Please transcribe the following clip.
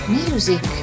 music